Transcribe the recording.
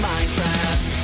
Minecraft